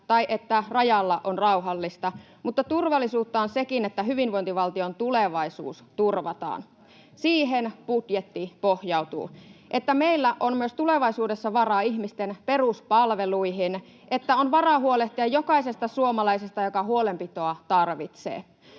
tai että rajalla on rauhallista, mutta turvallisuutta on sekin, että hyvinvointivaltion tulevaisuus turvataan. Siihen budjetti pohjautuu, että meillä on myös tulevaisuudessa varaa ihmisten peruspalveluihin, että on varaa huolehtia jokaisesta suomalaisesta, joka huolenpitoa tarvitsee.